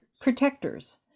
protectors